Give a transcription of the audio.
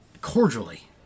cordially